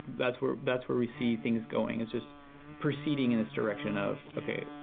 that's where that's where we see things going, is just proceeding in this direction of, okay,